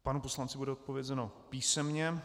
Panu poslanci bude zodpovězeno písemně.